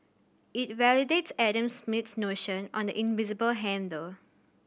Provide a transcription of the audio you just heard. it validates Adam Smith's notion on the invisible hand though